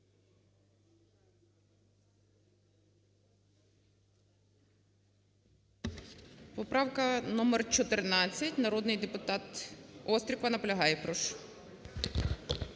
Поправка номер 14, народний депутат Острікова наполягає. Прошу.